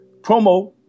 promo